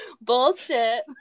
Bullshit